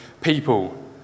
people